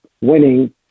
winning